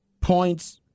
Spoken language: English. points –